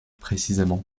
précisément